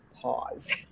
pause